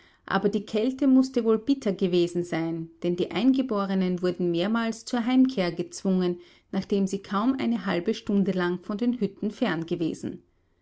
aber die kälte mußte wohl bitter gewesen sein denn die eingeborenen wurden mehrmals zur heimkehr gezwungen nachdem sie kaum eine halbe stunde lang von den hütten fern gewesen